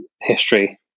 history